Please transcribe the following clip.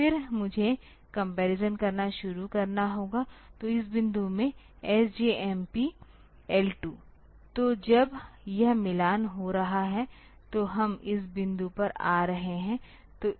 तो फिर मुझे कपरिसन करना शुरू करना होगा तो इस बिंदु से SJMP L2 तो जब यह मिलान हो रहा है तो हम इस बिंदु पर आ रहे हैं